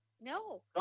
No